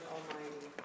Almighty